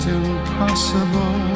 impossible